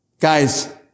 Guys